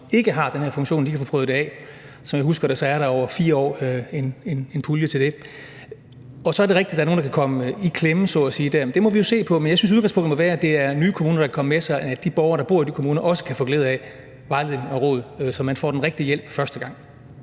som ikke har den her funktion, så de kan få prøvet det af. Som jeg husker det, er der over 4 år en pulje til det. Og så er det rigtigt, at der er nogle, der kan komme i klemme der, så at sige. Det må vi jo se på, men jeg synes, udgangspunktet må være, at det er nye kommuner, der kan komme med, så de borgere, der bor i de kommuner, også kan få glæde af vejledning og råd, så man får den rigtige hjælp første gang.